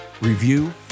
review